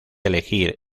elegir